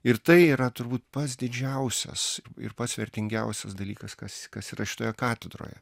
ir tai yra turbūt pats didžiausias ir pats vertingiausias dalykas kas kas yra šitoje katedroje